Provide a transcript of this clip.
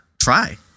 try